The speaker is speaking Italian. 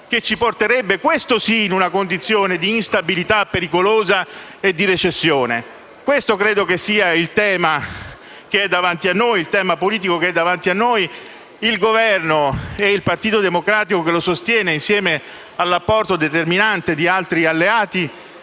che ci porterebbe - questo sì - a una condizione d'instabilità pericolosa e di recessione? Questo credo sia il tema politico che è davanti a noi. Il Governo - e il Partito Democratico che lo sostiene, insieme all'apporto determinante di altri alleati